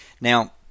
Now